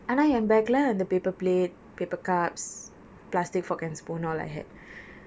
ஆனால் என்:aanal yen bag லை அந்த: lai antha paper plate paper cups plastic fork and spoon all I had